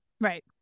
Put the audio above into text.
Right